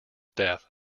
death